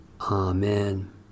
Amen